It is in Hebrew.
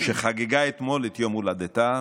שחגגה אתמול את יום הולדתה,